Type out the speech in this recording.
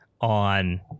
on